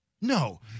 No